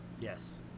Yes